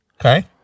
Okay